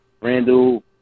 Randall